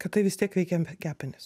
kad tai vis tiek veikia kepenis